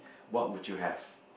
what would you have